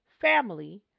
family